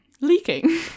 leaking